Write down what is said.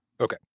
Okay